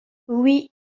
oui